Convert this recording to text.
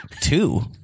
two